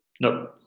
No